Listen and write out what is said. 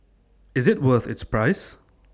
is IT worth its price